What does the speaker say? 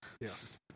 Yes